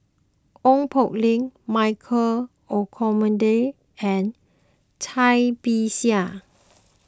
Ong Poh Lim Michael Olcomendy and Cai Bixia